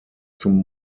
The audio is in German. zum